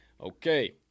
Okay